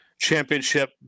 championship